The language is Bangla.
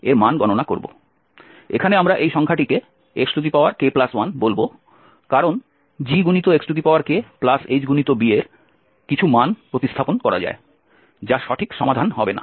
এখানে আমরা এই সংখ্যাটিকে xk1 বলব কারণ GxHb এর কিছু মান প্রতিস্থাপন করা যায় যা সঠিক সমাধান হবে না